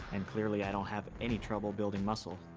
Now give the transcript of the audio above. and clearly, i don't have any trouble building muscle.